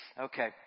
Okay